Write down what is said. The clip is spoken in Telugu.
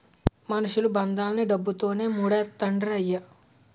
మనుషులు బంధాలన్నీ డబ్బుతోనే మూడేత్తండ్రయ్య